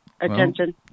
attention